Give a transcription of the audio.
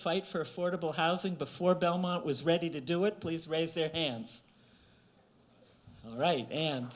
fight for affordable housing before belmont was ready to do it please raise their hands all right and